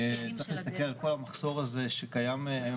צריך להסתכל על כל המחסור הזה שקיים היום